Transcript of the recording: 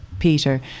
peter